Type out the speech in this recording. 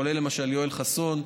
כולל למשל יואל חסון,